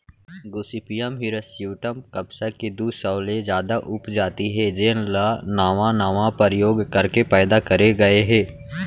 Gossypium hirsutum कपसा के दू सौ ले जादा उपजाति हे जेन ल नावा नावा परयोग करके पैदा करे गए हे